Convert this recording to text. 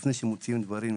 לפני שמוציאים דברים,